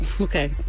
Okay